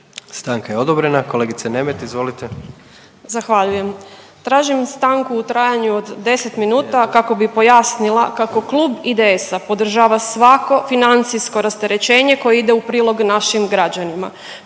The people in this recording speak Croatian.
Stanka je odobrena. Kolegice Nemet izvolite. **Nemet, Katarina (IDS)** Zahvaljujem. Tražim stanku u trajanju od 10 minuta kako bi pojasnila kako Klub IDS-a podržava svako financijsko rasterećenje koje ide u prilog našim građanima,